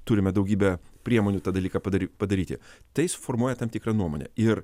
turime daugybę priemonių tą dalyką padary padaryti tai suformuoja tam tikrą nuomonę ir